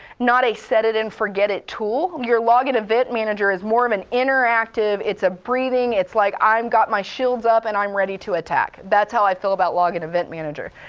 not a set it and forget it tool, your log and event manager is more of an interactive, it's a breathing, it's like i've got my shields up and i'm ready to attack. that's how i feel about log and event manager.